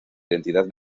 identidad